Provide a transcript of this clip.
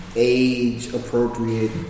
Age-appropriate